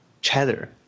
Cheddar